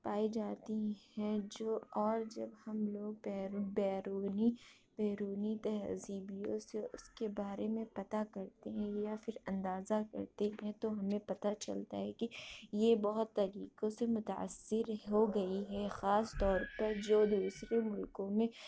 پائی جاتی ہیں جو اور جب ہم لوگ بیر بیرونی بیرونی تہذیبیوں سے اس کے بارے میں پتا کرتے ہیں یا پھر اندازہ کرتے ہیں تو ہمیں پتا چلتا ہے کہ یہ بہت طریقوں سے متاثر ہو گئی ہے خاص طور پر جو دوسرے ملکوں میں